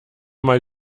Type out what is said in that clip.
mal